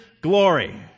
glory